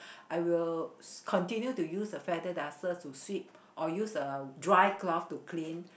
I will continue to use the feather duster to sweep or use a dry to cloth to clean